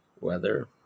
weather